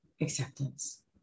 acceptance